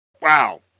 Wow